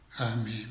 Amen